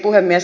puhemies